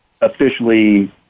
officially